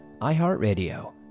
iHeartRadio